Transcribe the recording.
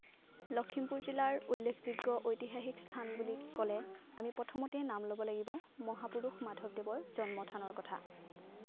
লখিমপুৰ জিলাৰ উল্লেখযোগ্য ঐতিহাসিক স্থান বুলি ক'লে আমি প্ৰথমতেই নাম ল'ব লাগিব মহাপুৰুষ মাধৱদেৱৰ জন্মস্থানৰ কথা